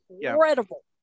incredible